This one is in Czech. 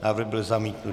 Návrh byl zamítnut.